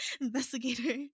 investigator